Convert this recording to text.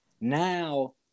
now